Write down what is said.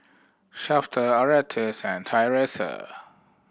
Shafter Erastus and Tyrese